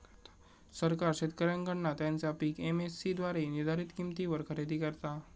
सरकार शेतकऱ्यांकडना त्यांचा पीक एम.एस.सी द्वारे निर्धारीत किंमतीवर खरेदी करता